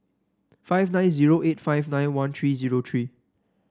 five nine zero eight five nine one three zero three